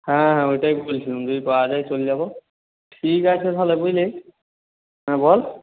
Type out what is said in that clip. হ্যাঁ হ্যাঁ ওইটাই বলছিলুম যদি পাওয়া যায় চল যাবো ঠিক আছে থাহলে বুঝলি হ্যাঁ বল